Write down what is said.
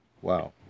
Wow